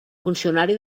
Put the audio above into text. funcionari